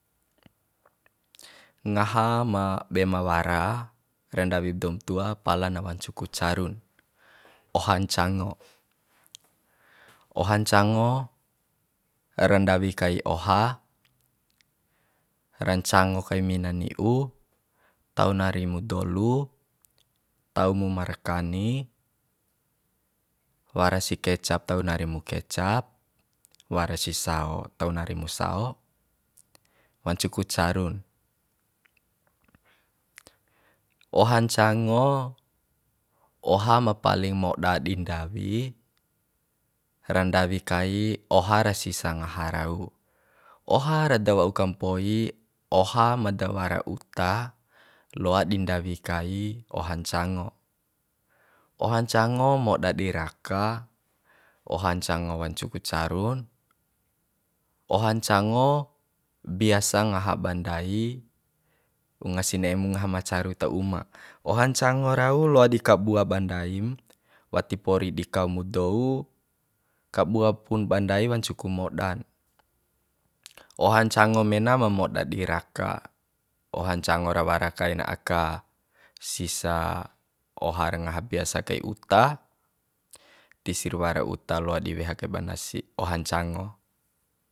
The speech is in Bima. Ngaha bema wara ra ndawib doum tua pala na wancu ku carun oha ncango oha ncango ra ndawi kai oha ra ncango kai mina ni'i tau nari mu dolu tau mu markani wara si kecap tau nari mu kecap wara si sao tau nara mu sao wancu ku carun oha ncango oha ma paling moda di ndawi ra ndawi kai oha ra sisa ngaha rau ku oha ra dawa'u kampoi oha ma da wara uta loa di ndawi kai oha ncango oha ncango moda di raka oha ncango wancu ku carun oha ncango biasa ngaha ba ndai unga si ne'emu ngaha ma caru ta uma oha ncango rau loa di kabua ba ndaim wati pori di kau mu dou kabua pun ba ndai wancu ku modan oha ncango mena ma moda di raka oha ncango ra wara kaina aka sisa oha ra ngaha biasa kai uta tisir wara uta loa di weha kai ba nasi oha ncango